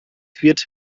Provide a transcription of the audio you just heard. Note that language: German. wird